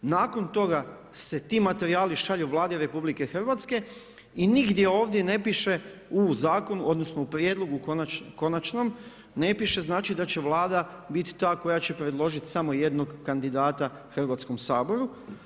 Nakon toga se ti materijali šalju Vladi RH i nigdje ovdje ne piše u zakonu, odnosno u prijedlogu konačnom, ne piše da će Vlada biti ta koja će predložit samo jednog kandidata Hrvatskom saboru.